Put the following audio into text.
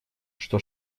что